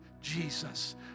Jesus